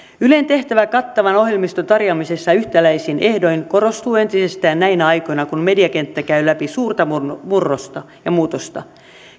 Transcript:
ylen tehtävä kattavan ohjelmiston tarjoamisessa yhtäläisin ehdoin korostuu entisestään näinä aikoina kun mediakenttä käy läpi suurta murrosta ja muutosta